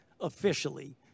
officially